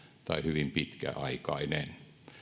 tai hyvin pitkäaikainen